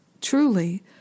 truly